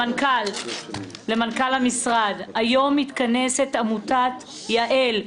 למנכ"ל המשרד: היום מתכנסת עמותת יהל,